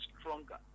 stronger